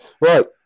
Right